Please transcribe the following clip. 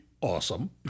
awesome